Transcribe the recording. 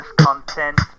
content